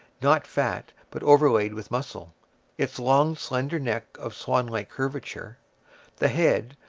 not fat, but overlaid with muscle its long, slender neck, of swanlike curvature the head,